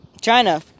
China